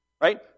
right